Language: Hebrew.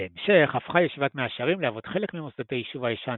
בהמשך הפכה ישיבת מאה שערים להוות חלק ממוסדות היישוב הישן,